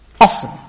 often